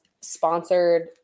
sponsored